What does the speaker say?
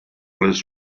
less